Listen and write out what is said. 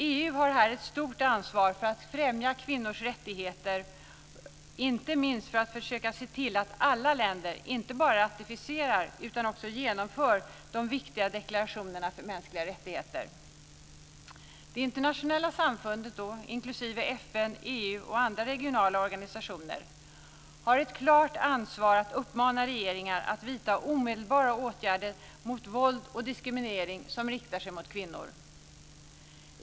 EU har här ett stort ansvar för att främja kvinnors rättigheter, inte minst för att försöka se till att alla länder inte bara ratificerar utan också genomför de viktiga deklarationerna för mänskliga rättigheter. och andra regionala organisationer har ett klart ansvar att uppmana regeringar att vidta omedelbara åtgärder mot våld och diskriminering som riktar sig mot kvinnor.